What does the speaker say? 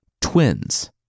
Twins